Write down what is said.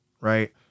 right